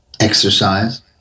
exercise